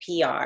PR